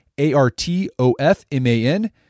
A-R-T-O-F-M-A-N